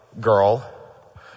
girl